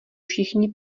všichni